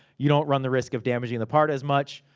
you don't run the risk of damaging the part as much.